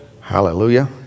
Hallelujah